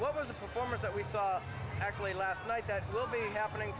what are the performers that we saw actually last night that will be happening